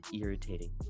irritating